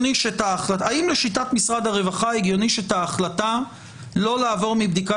האם לשיטת משרד הרווחה הגיוני שאת ההחלטה לא לעבור מבדיקה